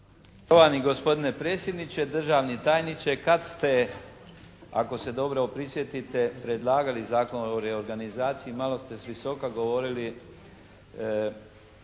Štovani gospodine predsjedniče, državni tajniče. Kad ste, ako se dobro prisjetite, predlagali Zakon o reorganizaciji malo ste s visoka govorili